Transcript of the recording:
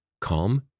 calm